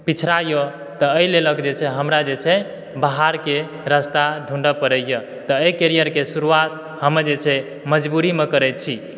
पिछड़ा यऽ तऽ एहि लेल जे छै हमरा जे छै बाहरके रास्ता ढूँढऽ परै यऽ तऽ एहि कैरियर के शुरुआत हमर जे छै मजबूरी मे करैत छी